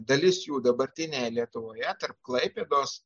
dalis jų dabartinėje lietuvoje tarp klaipėdos